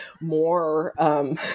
more